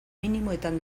minimoetan